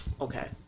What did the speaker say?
Okay